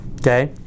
Okay